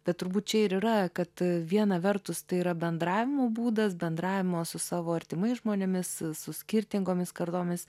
bet turbūt čia ir yra kad viena vertus tai yra bendravimo būdas bendravimo su savo artimais žmonėmis su skirtingomis kartomis